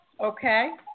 okay